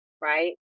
Right